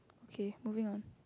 okay moving on